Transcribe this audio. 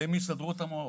ועם הסתדרות המעו"ף.